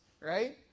right